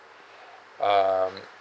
um